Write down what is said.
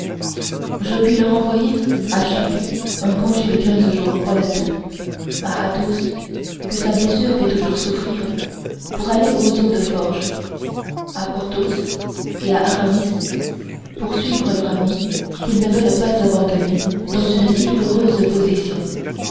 je puis leur envoyer à chacun un congé de quinze jours voilà tout à athos que sa blessure fait toujours souffrir pour aller aux eaux de forges à porthos et à aramis pour suivre leur ami qu'ils ne veulent pas abandonner dans une si douloureuse position